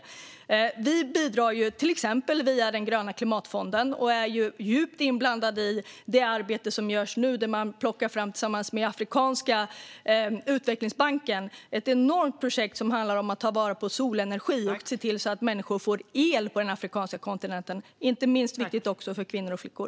Sverige bidrar till exempel via den gröna klimatfonden, och vi är djupt inblandade i det arbete som görs nu. Tillsammans med Afrikanska utvecklingsbanken genomförs ett enormt projekt som handlar om att ta till vara på solenergi och se till att människor får el på den afrikanska kontinenten, inte minst viktigt för kvinnor och flickor.